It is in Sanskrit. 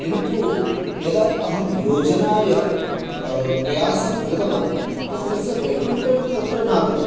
किन्तु यदा अहं योजनाय प्रयासं कृतवान् तर्हि तस्य रेग्युलेटर् तत्र नागतम्